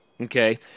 Okay